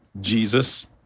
Jesus